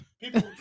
people